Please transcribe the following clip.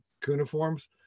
cuneiforms